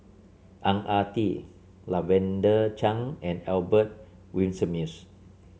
Ang Ah Tee Lavender Chang and Albert Winsemius